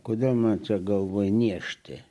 kodėl man čia galvoj niežti